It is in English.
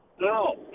no